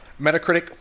Metacritic